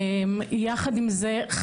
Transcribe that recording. יחד עם זה,